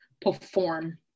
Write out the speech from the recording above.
perform